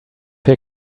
here